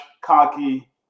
cocky